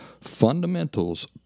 Fundamentals